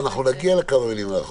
אנחנו נגיע לכמה מילים על החוק.